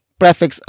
prefix